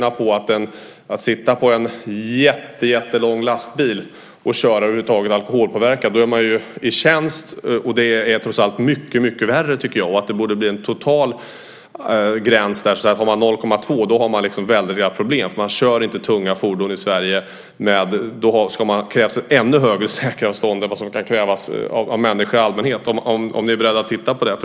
Att sitta i en jättelång lastbil och köra alkoholpåverkad - då är man ju i tjänst - anser jag trots allt är mycket värre. Det borde bli en total gräns där. Vid 0,2 % har man liksom väldiga problem. Då kör man inte tunga fordon i Sverige. Då krävs det i stället ännu större säkerhetsavstånd än som kan krävas av människor i allmänhet. Jag undrar om ni är beredda att titta närmare på detta.